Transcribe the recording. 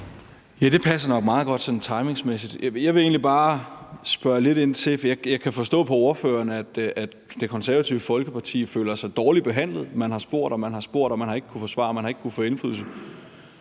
Det passer nok meget godt sådan timingsmæssigt. Jeg vil egentlig bare spørge lidt ind til noget. Jeg kan forstå på ordføreren, at Det Konservative Folkeparti føler sig dårligt behandlet. Man har spurgt og spurgt og har ikke kunnet få svar og ikke kunnet få indflydelse.